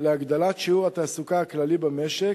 להגדלת שיעור התעסוקה הכללי במשק,